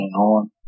on